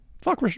fuck